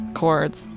chords